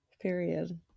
Period